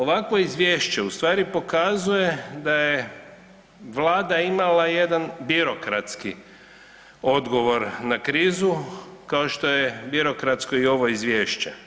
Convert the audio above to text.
Ovakvo izvješće ustvari pokazuje da je Vlada imala jedan birokratski odgovor na krizu kao što je birokratsko i ovo izvješće.